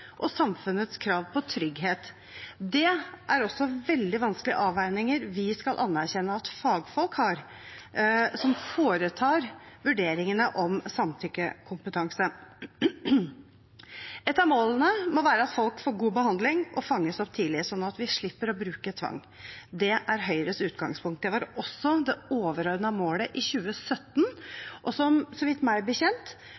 og samfunnets krav på trygghet. Det er også veldig vanskelige avveininger vi skal anerkjenne at fagfolk som foretar vurderingene om samtykkekompetanse, har. Et av målene må være at folk får god behandling og fanges opp tidlig, slik at vi slipper å bruke tvang. Det er Høyres utgangspunkt. Det var også det overordnede målet i